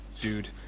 dude